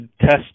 test